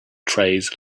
trays